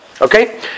Okay